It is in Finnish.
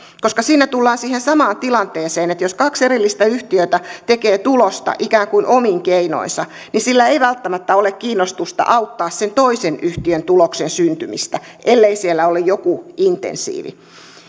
koska siinä tullaan siihen samaan tilanteeseen että jos kaksi erillistä yhtiötä tekee tulosta ikään kuin omin keinoinsa niin sillä ei välttämättä ole kiinnostusta auttaa sen toisen yhtiön tuloksen syntymistä ellei siellä ole joku insentiivi